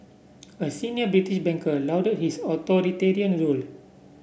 a senior British banker lauded his authoritarian rule